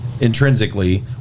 intrinsically